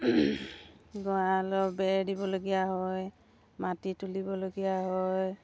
গড়ালৰ বেৰ দিবলগীয়া হয় মাটি তুলিবলগীয়া হয়